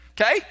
Okay